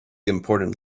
important